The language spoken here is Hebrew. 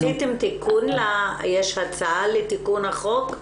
יש הצעה לתיקון החוק?